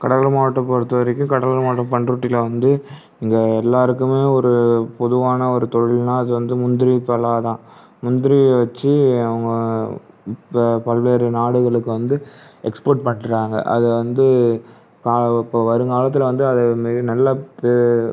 கடலூர் மாவட்டம் பொருத்த வரைக்கும் கடலூர் மாவட்டம் பண்ருட்டியில் வந்து இங்கே எல்லோருக்குமே ஒரு பொதுவான ஒரு தொழில்னால் அது வந்து முந்திரி பலா தான் முந்திரியை வச்சு அவங்க ப பல்வேறு நாடுகளுக்கு வந்து எக்ஸ்போர்ட் பண்ணுறாங்க அதை வந்து கா இப்போது வருங்காலத்தில் வந்து அதை நெ நல்லா பே